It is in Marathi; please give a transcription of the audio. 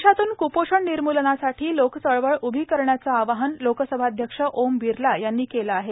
देशातून क्रपोषण निर्मूलनासाठी लोकचळवळ उभी करण्याचं आवाहन लोकसभाध्यक्ष ओम विर्ला यांनी केलं आहे